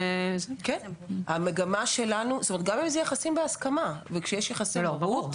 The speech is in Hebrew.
גם אם אלה יחסים בהסכמה כשיש יחסי מרות --- ברור.